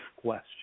question